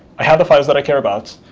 i have the files that i care about.